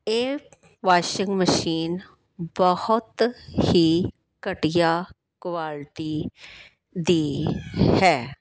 ਇਹ washing machine ਬਹੁਤ ਹੀ ਘਟੀਆ ਕੁਆਲਟੀ ਦੀ ਹੈ